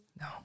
No